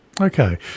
Okay